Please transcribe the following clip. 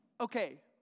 okay